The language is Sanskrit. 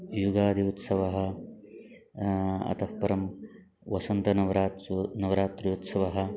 युगादि उत्सवः अतः परं वसन्तनवरात्रिः नवरात्रिः उत्सवः